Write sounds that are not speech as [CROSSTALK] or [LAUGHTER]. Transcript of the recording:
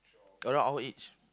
[NOISE] around our age